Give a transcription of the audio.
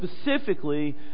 specifically